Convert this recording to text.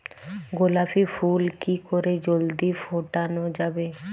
গোলাপ ফুল কি করে জলদি ফোটানো যাবে?